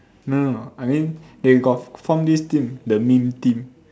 no no I mean they got form this team the meme team